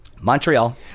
Montreal